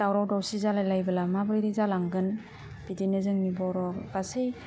दावराव दावसि जालायलायोबोला माबोरै जालांगोन बिदिनो जोंनि बर' गासै